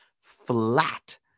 flat